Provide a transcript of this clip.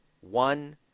One